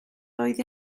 oedd